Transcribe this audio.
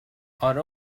آره